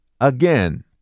again